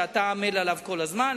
שאתה עמל עליה כל הזמן,